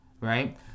right